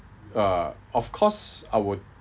uh of course I would